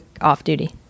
off-duty